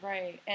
Right